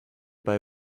bei